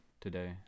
today